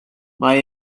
mae